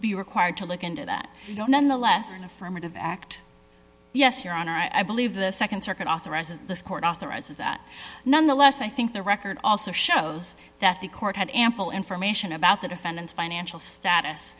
be required to look into that you know nonetheless affirmative act yes your honor i believe the nd circuit authorizes this court authorizes that nonetheless i think the record also shows that the court had ample information about the defendants financial status